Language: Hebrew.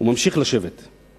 אני רוצה להביא דוגמאות אחדות.